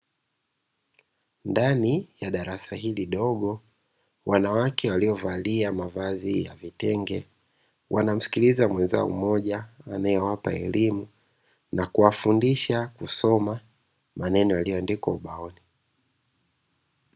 Ndani ya darasa hili dogo wanawake waliovalia mavazi ya vitenge, wanamsikiliza mwenzao mmoja anayewapa elimu na kuwafundisha kusoma maneno yaliyoandikwa ubaoni.